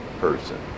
person